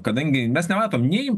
kadangi mes nematom nei